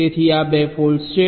તેથી આ 2 ફોલ્ટ છે